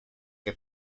que